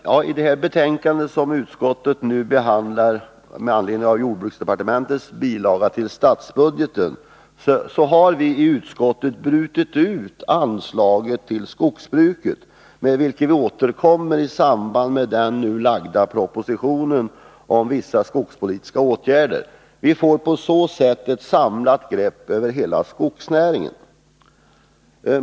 Herr talman! I det betänkande som vi nu behandlar med anledning av jordbruksdepartementets bilaga till budgetpropositionen, har vi i utskottet brutit ut anslag om skogsbruket till vilka vi återkommer i samband med den nu lagda propositionen om vissa skogspolitiska åtgärder. Vi får på så sätt ett samlat grepp över hela skogsnäringen.